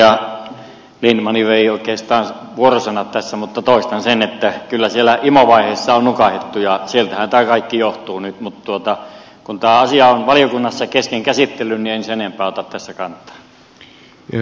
edustaja lindtman vei oikeastaan vuorosanat tässä mutta toistan sen että kyllä siellä imo vaiheessa on nukahdettu ja sieltähän tämä kaikki johtuu nyt mutta kun tämä asia on valiokunnassa kesken käsittelyn niin en sen enempää ota tässä kantaa